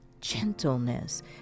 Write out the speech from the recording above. gentleness